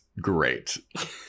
great